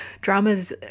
dramas